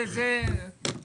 לא, אבל בחנו אופציות.